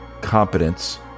competence